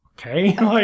okay